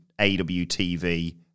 AWTV